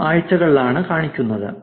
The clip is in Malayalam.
ഇതും ആഴ്ചകളിലാണ് കാണിക്കുന്നത്